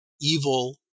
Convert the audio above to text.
evil